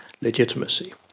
legitimacy